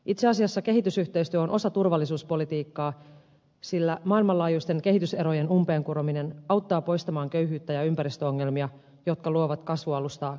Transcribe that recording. itse asiassa kehitysyhteistyö on osa turvallisuuspolitiikkaa sillä maailmanlaajuisten kehityserojen umpeen kurominen auttaa poistamaan köyhyyttä ja ympäristöongelmia jotka luovat kasvualustaa konflikteille